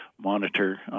monitor